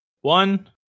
One